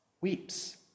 weeps